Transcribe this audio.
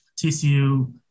TCU